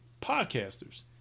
podcasters